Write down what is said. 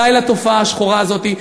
די לתופעה השחורה הזאת.